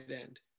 end